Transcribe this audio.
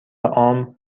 عام